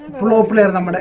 global none of the